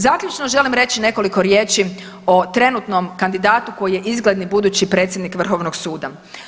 Zaključno želim reći nekoliko riječi o trenutnom kandidatu koji je izgledni budući predsjednik Vrhovnog suda.